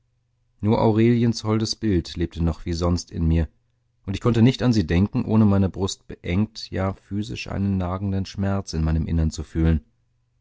nur aureliens holdes bild lebte noch wie sonst in mir und ich konnte nicht an sie denken ohne meine brust beengt ja physisch einen nagenden schmerz in meinem innern zu fühlen